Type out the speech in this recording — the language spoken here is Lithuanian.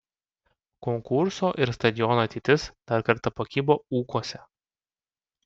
konkurso ir stadiono ateitis dar kartą pakibo ūkuose